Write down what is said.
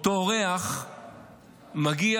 אותו אורח מגיע